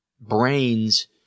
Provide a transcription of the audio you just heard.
brains